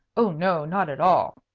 oh, no, not at all,